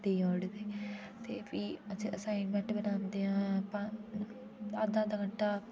देई ओड़दे ते भी असें असाइनमेंट बनांदे आं पर अद्धा अद्धा घैंटा